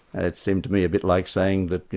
and it seemed to me a bit like saying that